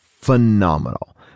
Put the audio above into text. phenomenal